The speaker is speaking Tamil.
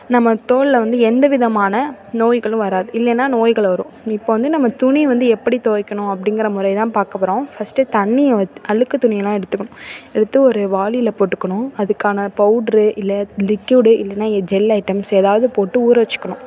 நம்ம தோலில் வந்து எந்த விதமான நோய்களும் வராது இல்லேன்னா நோய்கள் வரும் இப்போ வந்து நம்ம துணி வந்து எப்படி துவைக்கணும் அப்படிங்குற முறைதான் பார்க்க போகிறோம் ஃபஸ்ட்டு தண்ணியை அழுக்குத்துணியெல்லாம் எடுத்துக்கணும் எடுத்து ஒரு வாளியில் போட்டுக்கணும் அதுக்கான பவுட்ரு இல்லை லிக்யூடு இல்லைன்னா ஜெல் ஐட்டம்ஸ் ஏதாது போட்டு ஊற வச்சுக்கணும்